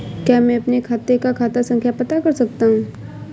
क्या मैं अपने खाते का खाता संख्या पता कर सकता हूँ?